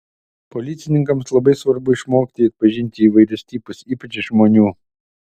policininkams labai svarbu išmokti atpažinti įvairius tipus ypač žmonių